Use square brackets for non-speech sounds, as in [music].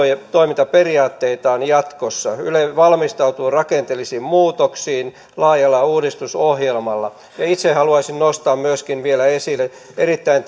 [unintelligible] ja toimintaperiaatteitaan jatkossa yle valmistautuu rakenteellisiin muutoksiin laajalla uudistusohjelmalla itse haluaisin nostaa myöskin vielä esille omasta mielestäni erittäin [unintelligible]